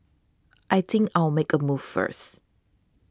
I think I'll make a move first